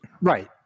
Right